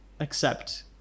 accept